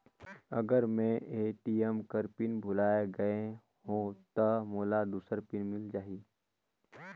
अगर मैं ए.टी.एम कर पिन भुलाये गये हो ता मोला दूसर पिन मिल जाही?